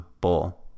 bull